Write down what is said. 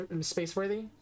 space-worthy